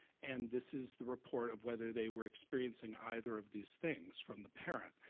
and this is the report of whether they were experiencing either of these things from the parent.